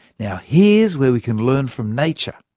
now here's where we can learn from nature.